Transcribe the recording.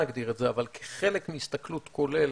אבל כחלק מהסתכלות כוללת,